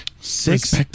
Six